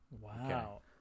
Wow